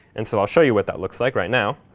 and so i'll show you what that looks like right now.